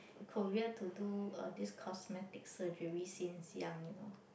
Korea to do uh this cosmetic surgery since young you know